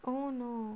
oh no